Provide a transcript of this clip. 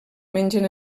mengen